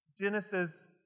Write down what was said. Genesis